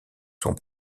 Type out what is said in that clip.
sont